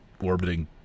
orbiting